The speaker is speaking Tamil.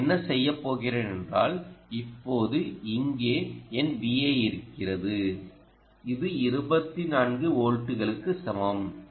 நான் என்ன செய்யப்போகிறேன் என்றால் இப்போது இங்கே என் Vi இருக்கிறது இது 24 வோல்ட்டுகளுக்கு சமம்